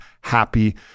happy